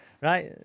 right